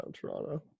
Toronto